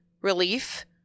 relief